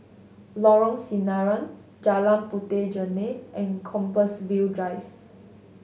Lorong Sinaran Jalan Puteh Jerneh and Compassvale Drive